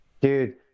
dude